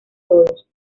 todos